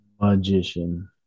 Magician